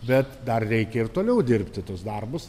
bet dar reikia ir toliau dirbti tuos darbus